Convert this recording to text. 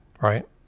right